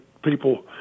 People